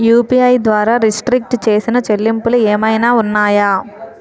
UPI ద్వారా restrict చేసిన చెల్లింపులు ఏమైనా ఉన్నాయా?